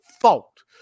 fault